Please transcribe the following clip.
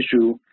issue